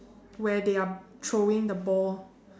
where they are throwing the ball